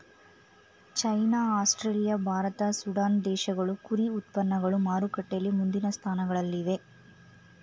China Australia Bharat Sudan ದೇಶಗಳು ಕುರಿ ಉತ್ಪನ್ನಗಳು ಮಾರುಕಟ್ಟೆಯಲ್ಲಿ ಮುಂದಿನ ಸ್ಥಾನಗಳಲ್ಲಿವೆ